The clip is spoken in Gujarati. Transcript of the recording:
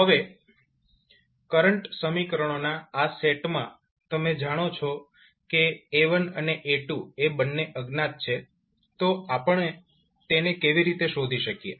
તો હવે કરંટ સમીકરણોના આ સેટ માં તમે જાણો છો કે A1 અને A2 એ બંને અજ્ઞાત છે તો આપણે તેને કેવી રીતે શોધી શકીએ